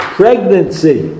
pregnancy